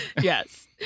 Yes